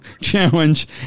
challenge